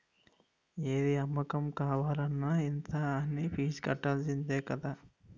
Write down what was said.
ఏది అమ్మకం కావాలన్న ఇంత అనీ ఫీజు కట్టాల్సిందే కదా